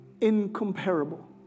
incomparable